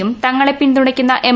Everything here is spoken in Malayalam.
യും തങ്ങളെ പിന്തുണയ്ക്കുന്ന എം